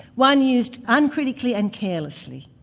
one used uncritically and carelessly.